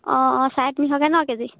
অঁ অঁ চাৰে তিনিশকৈ নহ্ কেজি